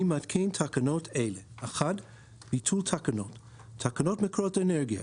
אני מתקין תקנות אלה: ביטול תקנות 1. תקנות מקורות אנרגיה